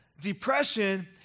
depression